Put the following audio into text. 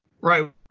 Right